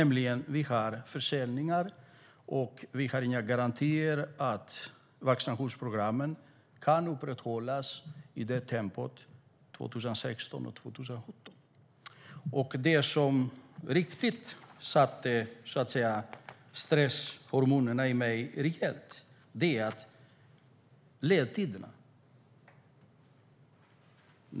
Vi har försäljningar och inga garantier att tempot i vaccinationsprogrammen kan upprätthållas 2016 och 2017. Det som riktigt rejält sätter fart på stresshormonerna i mig är ledtiderna.